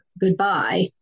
goodbye